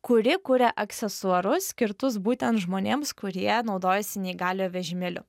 kuri kuria aksesuarus skirtus būtent žmonėms kurie naudojasi neįgaliojo vežimėliu